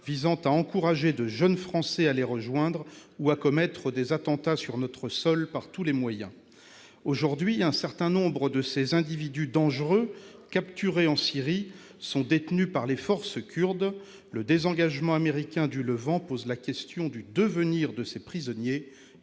visant à encourager de jeunes Français à les rejoindre ou à commettre des attentats sur notre sol par tous les moyens. Aujourd'hui, un certain nombre de ces individus dangereux, capturés en Syrie, sont détenus par les forces kurdes. Le désengagement américain du Levant pose la question du devenir de ces prisonniers,